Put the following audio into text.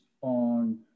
on